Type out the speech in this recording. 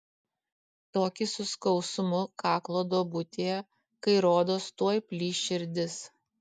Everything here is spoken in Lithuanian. tokį su skausmu kaklo duobutėje kai rodos tuoj plyš širdis